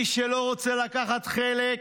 מי שלא רוצה לקחת חלק,